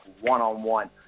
one-on-one